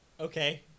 Okay